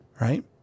right